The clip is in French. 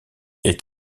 est